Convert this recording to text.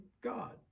God